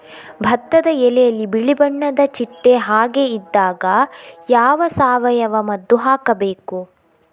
ಭತ್ತದ ಎಲೆಯಲ್ಲಿ ಬಿಳಿ ಬಣ್ಣದ ಚಿಟ್ಟೆ ಹಾಗೆ ಇದ್ದಾಗ ಯಾವ ಸಾವಯವ ಮದ್ದು ಹಾಕಬೇಕು?